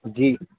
جی